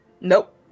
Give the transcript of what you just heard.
Nope